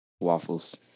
Waffles